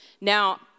Now